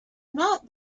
not